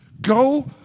go